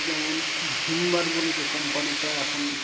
যেমন Vim bar বলে যে কোম্পানিটা এখন